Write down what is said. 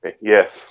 Yes